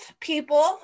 people